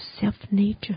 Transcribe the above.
self-nature